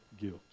guilt